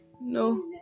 No